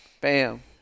Bam